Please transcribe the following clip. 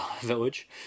Village